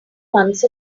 months